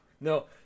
No